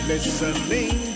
Listening